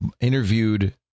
Interviewed